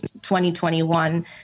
2021